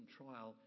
trial